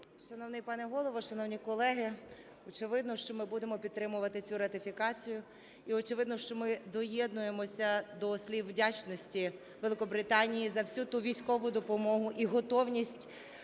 Шановний пане Голово, шановні колеги! Очевидно, що ми будемо підтримувати цю ратифікацію, і очевидно, що ми доєднуємося до слів вдячності Великобританії за всю ту військову допомогу і готовність